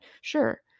sure